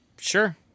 Sure